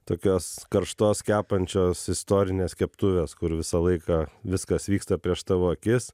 tokios karštos kepančios istorinės keptuvės kur visą laiką viskas vyksta prieš tavo akis